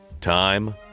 time